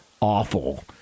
awful